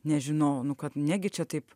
nežinau nu kad negi čia taip